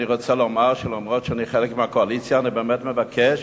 אני רוצה לומר שלמרות שאני חלק מהקואליציה אני באמת מבקש